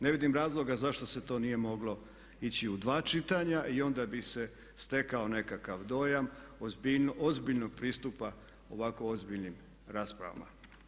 Ne vidim razloga zašto se to nije moglo ići u dva čitanja i onda bi se stekao nekakav dojam ozbiljnog pristupa ovako ozbiljnim raspravama.